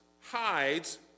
hides